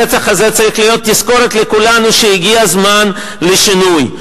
הרצח הזה צריך להיות תזכורת לכולנו שהגיע הזמן לשינוי.